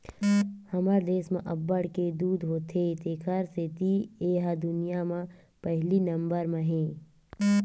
हमर देस म अब्बड़ के दूद होथे तेखर सेती ए ह दुनिया म पहिली नंबर म हे